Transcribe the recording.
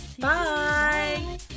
Bye